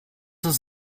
ist